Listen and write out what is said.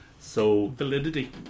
validity